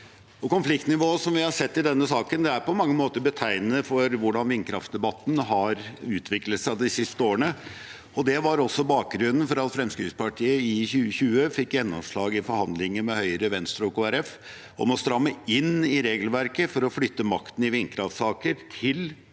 Konfliktnivået vi har sett i denne saken, er på mange måter betegnende for hvordan vindkraftdebatten har utviklet seg de siste årene. Det var også bakgrunnen for at Fremskrittspartiet i 2020 fikk gjennomslag i forhandlinger med Høyre, Venstre og Kristelig Folkeparti om å stramme inn regelverket for å flytte makten i vindkraftsaker til